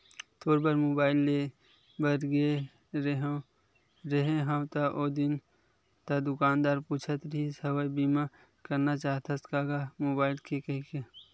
तोर बर मुबाइल लेय बर गे रेहें हव ओ दिन ता दुकानदार पूछत रिहिस हवय बीमा करना चाहथस का गा मुबाइल के कहिके